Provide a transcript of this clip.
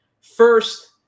first